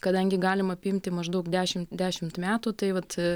kadangi galim apimti maždaug dešimt dešimt metų tai vat